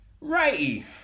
righty